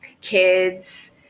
kids